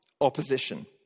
opposition